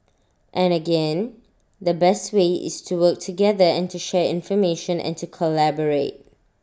and again the best way is to work together and to share information and to collaborate